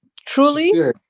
truly